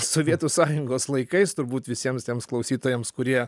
sovietų sąjungos laikais turbūt visiems tiems klausytojams kurie